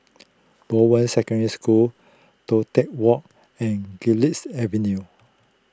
Bowen Secondary School Toh Tuck Walk and Garlick Avenue